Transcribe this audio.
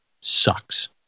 sucks